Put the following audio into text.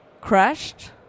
crashed